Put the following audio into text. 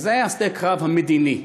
וזה שדה הקרב המדיני.